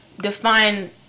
define